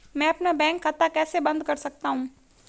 मैं अपना बैंक खाता कैसे बंद कर सकता हूँ?